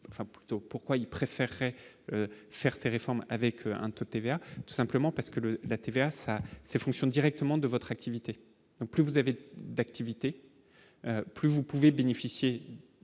enfin plutôt pourquoi ils préféreraient faire ces réformes avec un taux de TVA, tout simplement parce que le la TVA, ça c'est fonctions directement de votre activité, plus vous avez d'activité plus, vous pouvez bénéficier